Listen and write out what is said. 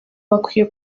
bakwiye